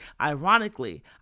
ironically